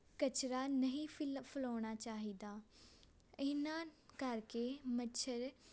ਕਚਰਾ ਨਹੀਂ ਫਿਲ ਫੈਲਾਉਣਾ ਚਾਹੀਦਾ ਇਹਨਾ ਕਰਕੇ ਮੱਛਰ